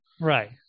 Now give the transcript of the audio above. right